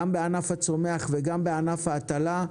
גם בענף הצומח וגם בענף ההטלה,